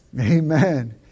Amen